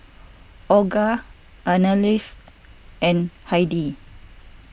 Olga Annalise and Heidy